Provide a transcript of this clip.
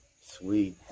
Sweet